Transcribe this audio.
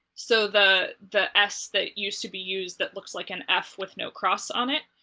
so the the ess that used to be used that looks like an eff with no cross on it,